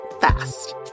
fast